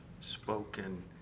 spoken